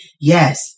Yes